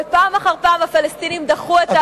ופעם אחר פעם הפלסטינים דחו את ההצעות.